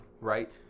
right